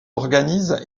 organise